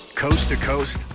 Coast-to-coast